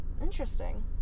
Interesting